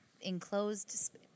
enclosed